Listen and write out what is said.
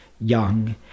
young